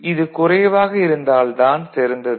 இது குறைவாக இருந்தால் தான் சிறந்தது